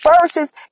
Versus